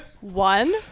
One